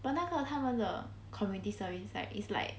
but 那个他们的 community service like is like